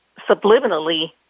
subliminally